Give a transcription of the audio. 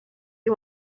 you